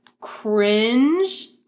Cringe